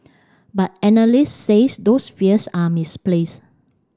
but analysts says those fears are misplace